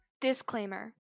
Disclaimer